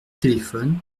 téléphone